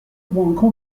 بانکها